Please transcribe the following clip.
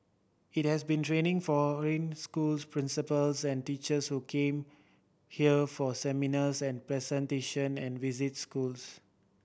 it has been training foreign schools principals and teachers who come here for seminars and presentation and visit schools